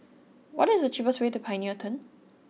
what is the cheapest way to Pioneer Turn